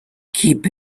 keep